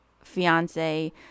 Fiance